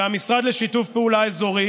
והמשרד לשיתוף פעולה אזורי